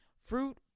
Fruit